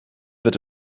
wird